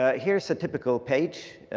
ah here's a typical page.